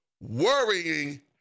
Worrying